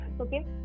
okay